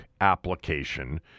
application